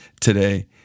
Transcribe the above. today